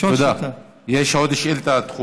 יש עוד שאילתה?